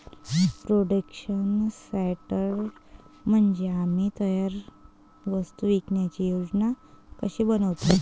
production sorter म्हणजे आम्ही तयार वस्तू विकण्याची योजना कशी बनवतो